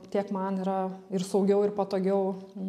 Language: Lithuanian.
tiek man yra ir saugiau ir patogiau